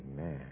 Amen